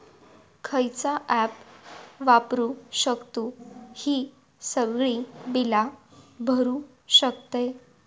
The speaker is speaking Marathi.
खयचा ऍप वापरू शकतू ही सगळी बीला भरु शकतय?